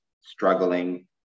struggling